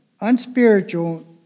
unspiritual